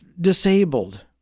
disabled